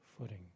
footing